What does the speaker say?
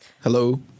Hello